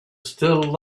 still